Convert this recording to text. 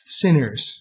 sinners